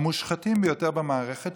המושחתים ביותר במערכת,